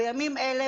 בימים אלה,